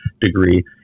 degree